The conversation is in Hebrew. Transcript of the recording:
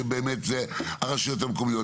שבאמת זה הרשויות המקומיות.